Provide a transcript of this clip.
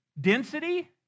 Density